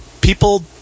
people